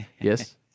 Yes